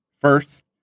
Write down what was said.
First